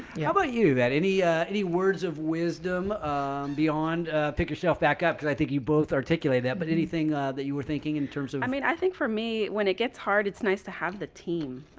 yeah how about you that any any words of wisdom beyond pick yourself back up cuz i think you both articulate that but anything that you were thinking in terms of i mean i think for me when it gets hard it's nice to have the team